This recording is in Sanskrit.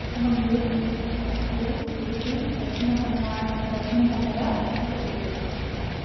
चिक्कमङ्ग्ळूरु मैसूरु उडुपि दक्षिणकन्ना दक्षिणकन्नड चित्रदुर्गम्